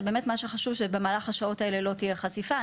ובאמת מה שחשוב הוא שבמהלך השעות האלה לא תהיה חשיפה.